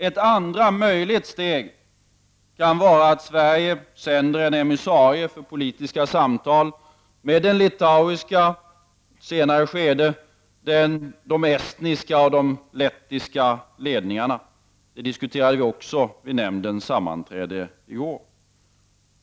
Ett andra möjligt steg kan vara att Sverige sänder en emissarie för politiska samtal med den litauiska — och i ett senare skede, den estniska och den lettiska — ledningen. Vi diskuterade detta också vid nämndens sammanträde i går.